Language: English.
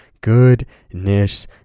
goodness